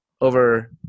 over